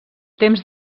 temps